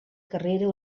carrera